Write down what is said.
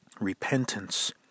Repentance